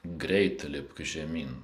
greit lipk žemyn